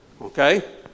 Okay